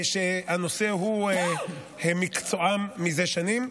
שהנושא הוא מקצועם מזה שנים.